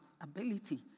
ability